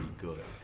good